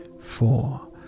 four